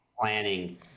planning